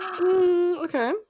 Okay